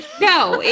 No